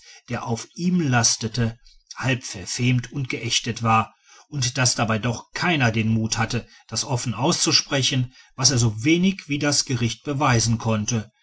der auf ihm lastete halb verfemt und geächtet war und daß dabei doch keiner den mut hatte das offen auszusprechen was er so wenig wie das gericht beweisen konnte